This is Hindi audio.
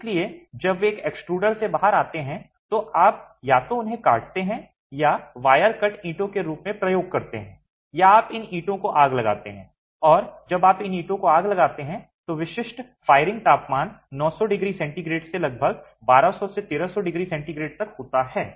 इसलिए जब वे एक एक्सट्रूडर से बाहर आते हैं तो आप या तो उन्हें काटते हैं और वायर कट ईंटों के रूप में उपयोग करते हैं या आप इन ईंटों को आग लगाते हैं और जब आप इन ईंटों को आग लगाते हैं तो विशिष्ट फायरिंग तापमान 900 डिग्री सेंटीग्रेड से लगभग 1200 1300 सेंटीग्रेड तक होता है